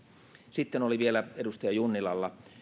sitten oli vielä myöskin edustaja junnilalla